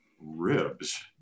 ribs